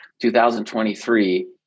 2023